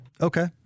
Okay